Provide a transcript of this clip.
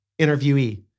interviewee